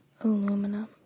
aluminum